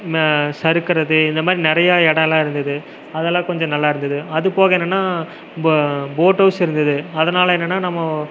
ந சறுக்கிறது இந்தமாதிரி நிறையா இடல்லாம் இருந்தது அதெல்லாம் கொஞ்சம் நல்லா இருந்தது அது போக என்னென்னா போ போட் ஹௌஸ் இருந்தது அதனால என்னென்னா நம்ம